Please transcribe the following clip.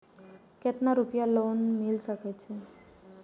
केतना रूपया लोन मिल सके छै?